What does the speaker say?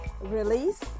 release